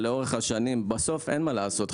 שלאורך השנים אין מה לעשות,